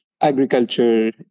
agriculture